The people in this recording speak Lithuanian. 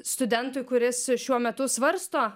studentui kuris šiuo metu svarsto